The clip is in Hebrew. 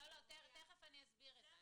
זו המשמעות.